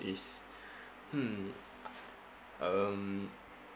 is hmm um